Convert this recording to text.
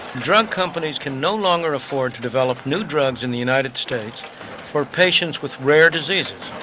drug companies can no longer afford to develop new drugs in the united states for patients with rare diseases.